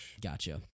Gotcha